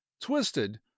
twisted